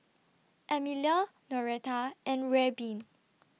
Emelia Noreta and Reubin